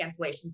cancellations